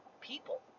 people